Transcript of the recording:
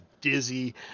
Dizzy